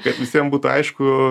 kad visiem būtų aišku